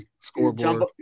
scoreboard